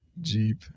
Jeep